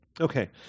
Okay